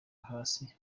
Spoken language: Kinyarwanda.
hasi